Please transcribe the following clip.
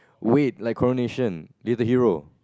wait like coronation you're the hero